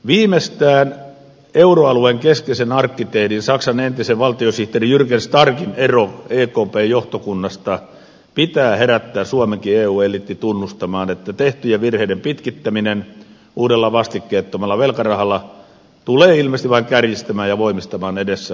viimeistään euroalueen keskeisen arkkitehdin saksan entisen valtiosihteeri jurgen starkin eron ekpn johtokunnasta pitää herättää suomenkin eu eliitti tunnustamaan että tehtyjen virheiden pitkittäminen uudella vastikkeettomalla velkarahalla tulee ilmeisesti vain kärjistämään ja voimistamaan edessä olevaa järistystä